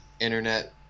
internet